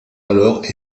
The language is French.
alors